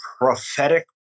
prophetic